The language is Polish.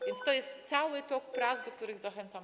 A więc to jest cały tok prac, do których zachęcam.